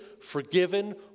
forgiven